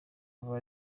aba